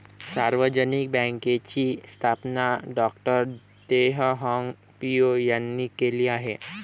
सार्वजनिक बँकेची स्थापना डॉ तेह हाँग पिओ यांनी केली आहे